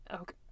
Okay